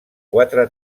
quatre